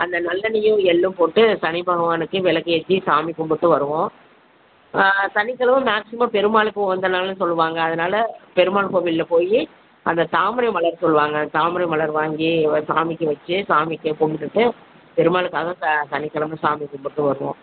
அந்த நல்லெண்ணையும் எள்ளும் போட்டு சனிபகவானுக்கு விளக்க ஏற்றி சாமி கும்பிட்டு வருவோம் சனிக்கிழம மேகஸிமம் பெருமாளுக்கும் உகந்த நாளுன்னு சொல்லுவாங்க அதனால் பெருமாள் கோவிலில் போய் அந்த தாமரை மலர் சொல்லுவாங்க தாமரை மலர் வாங்கி சாாமிக்கு வச்சு சாாமிக்கு கும்பிடுட்டு பெருமாளுக்காக ச சனிக்கிழமை சாமி கும்பிட்டு வருவோம்